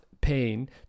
pain